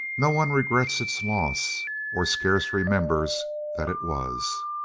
no one regrets its loss, or scarce remembers that it was.